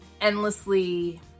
endlessly